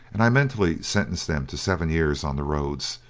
and i mentally sentenced them to seven years on the roads,